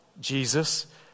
Jesus